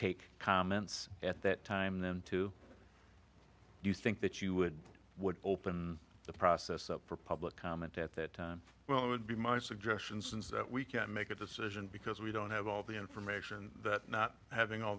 take comments at that time then to do you think that you would would open the process up for public comment at that well it would be my suggestion since we can't make a decision because we don't have all the information that not having all